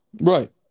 right